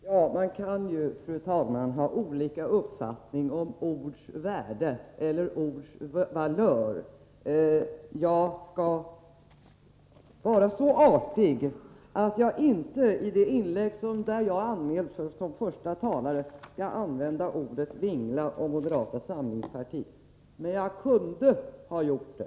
Fru talman! Man kan ha olika uppfattningar om ords värde eller ords valör. Jag skall vara så artig att jag vid behandlingen av nästa ärende, där jag är anmäld som första talare, inte använder ordet vingla om moderata samlingspartiet, men jag kunde göra det.